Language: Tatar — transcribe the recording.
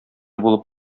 булып